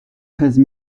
treize